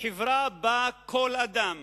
חברה שבה כל אדם